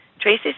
Tracy